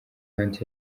hunt